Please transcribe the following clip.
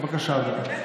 בבקשה, אדוני.